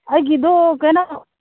ꯑꯩꯒꯤꯗꯨ ꯀꯩꯅꯣ